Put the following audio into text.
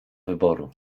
wyboru